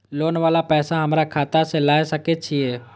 Loan वाला पैसा हमरा खाता से लाय सके छीये?